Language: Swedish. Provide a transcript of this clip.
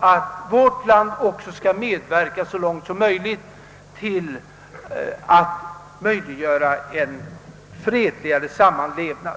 att vårt land så långt det är möjligt skall aktivt medverka till att skapa betingelser för en fredlig samlevnad.